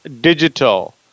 digital